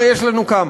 יפה, כבר יש לנו כמה.